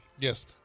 Yes